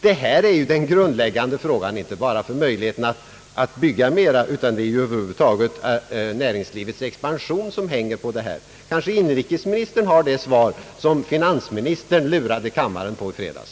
Detta är ju den grundläggande frågan inte bara beträffande möjligheterna att bygga mera, utan näringslivets expansion hänger över huvud taget på tillgången på krediter. Kanske inrikesministern har det svar som finansministern lurade kammaren på i fredags.